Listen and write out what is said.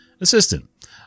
Assistant